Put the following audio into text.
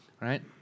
right